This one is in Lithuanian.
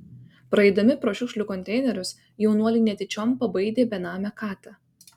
praeidami pro šiukšlių konteinerius jaunuoliai netyčiom pabaidė benamę katę